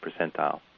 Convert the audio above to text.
percentile